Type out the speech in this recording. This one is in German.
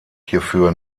hierfür